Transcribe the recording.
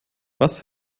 was